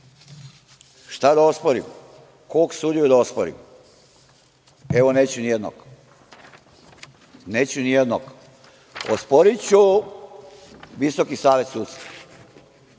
šta da osporim, kog sudiju da osporim. Evo, neću nijednog. Neću nijednog. Osporiću Visoki savet sudstva,